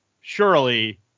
surely